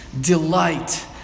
delight